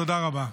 תודה רבה.